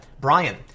Brian